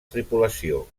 tripulació